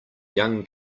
young